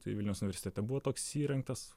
tai vilniaus universitete buvo toks įrengtas